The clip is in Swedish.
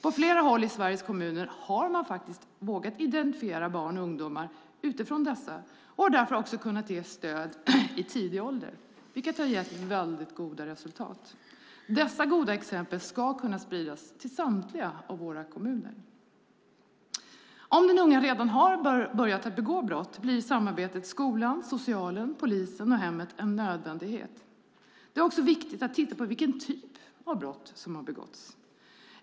På flera håll i Sveriges kommuner har man vågat identifiera barn och ungdomar utifrån dessa faktorer och har därför kunnat ge stöd från tidig ålder, vilket har gett goda resultat. Dessa goda exempel ska kunna spridas till samtliga av våra kommuner. Om den unga redan har börjat begå brott blir samarbetet mellan skolan, socialen, polisen och hemmet en nödvändighet. Det är också viktigt att titta på vilken typ av brott som har begåtts.